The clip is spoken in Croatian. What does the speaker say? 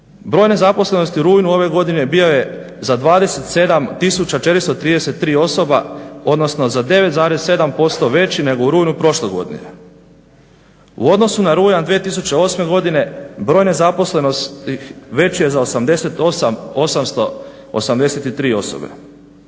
Broj nezaposlenosti u rujnu ove godine bio je za 27 433 osobe odnosno za 9,7% veći nego u rujnu prošle godine. U odnosu na rujan 2008. godine broj nezaposlenosti veći je za 88 883 osobe.